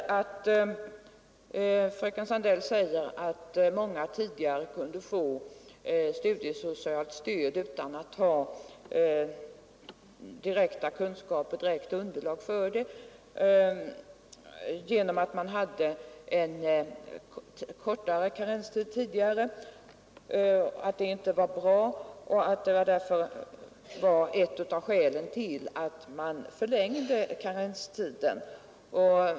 säger att många tidigare kunde få studiesocialt stöd utan att ha tillräckliga kunskaper, ordentligt underlag, genom att man då hade kortare karenstid. Hon sade att detta inte var bra och att det var ett av skälen till att man förlängde karenstiden.